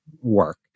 work